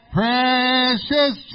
precious